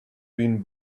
been